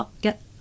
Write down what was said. get